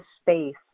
space